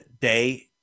day